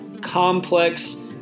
complex